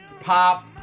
pop